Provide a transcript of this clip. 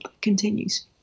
continues